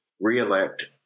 re-elect